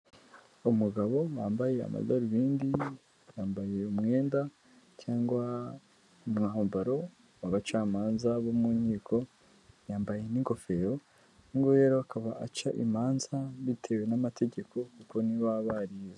Umugabo wambaye amadarubindi yambaye umwenda cyangwa umwambaro w'abacamanza bo mu nkiko, yambaye n'ingofero uyu nguyu rero akaba aca imanza bitewe n'amategeko kuko ntibaba barize.